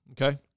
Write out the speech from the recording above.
Okay